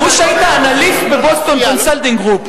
אמרו שהיית אנליסט ב-Boston Consulting Group,